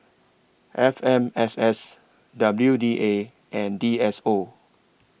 F M S S W D A and D S O